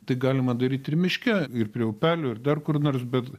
tai galima daryt ir miške ir prie upelio ir dar kur nors bet